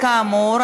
כאמור,